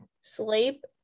Sleep